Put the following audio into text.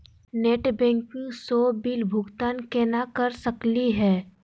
Net banking स bill भुगतान केना कर सकली हे?